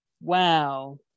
wow